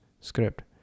script